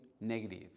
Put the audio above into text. negative